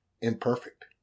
Imperfect